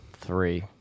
three